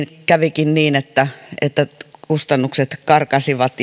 kävikin niin että että kustannukset karkasivat